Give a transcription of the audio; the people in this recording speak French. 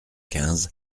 quinze